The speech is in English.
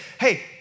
hey